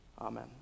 Amen